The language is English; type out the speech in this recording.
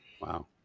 wow